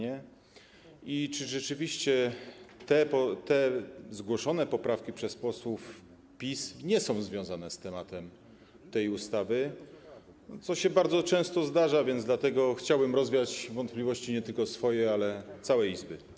I czy rzeczywiście poprawki zgłoszone przez posłów PiS nie są związane z tematem tej ustawy, co się bardzo często zdarza, więc dlatego chciałbym rozwiać wątpliwości nie tylko swoje, ale całej Izby.